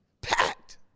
Packed